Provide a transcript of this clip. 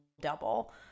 double